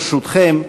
ברשותכם,